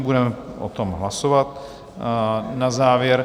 Budeme o tom hlasovat na závěr.